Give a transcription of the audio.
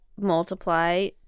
Multiply